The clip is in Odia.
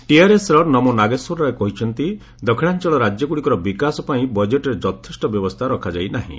ଟିଆର୍ଏସ୍ର ନମୋ ନାଗେଶ୍ୱର ରାଓ କହିଛନ୍ତି ଦକ୍ଷିଣାଞ୍ଚଳ ରାଜ୍ୟଗୁଡ଼ିକର ବିକାଶ ପାଇଁ ବଜେଟ୍ରେ ଯଥେଷ୍ଟ ବ୍ୟବସ୍ଥା ରଖାଯାଇ ନାହିଁ